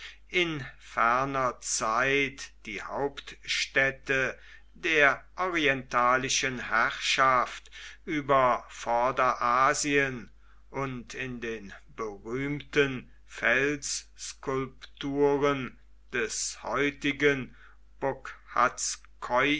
in ferner zeit die hauptstätte der orientalischen herrschaft über vorderasien und in den berühmten felsskulpturen des